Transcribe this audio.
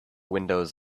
windows